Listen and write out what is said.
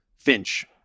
finch